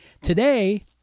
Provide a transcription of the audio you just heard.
today